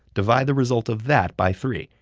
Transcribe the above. divide the result of that by three,